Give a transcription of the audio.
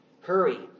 hurry